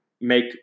make